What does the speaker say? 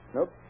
Nope